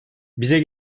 bize